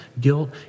guilt